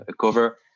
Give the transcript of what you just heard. cover